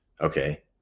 Okay